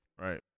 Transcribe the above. Right